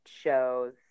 shows